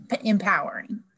empowering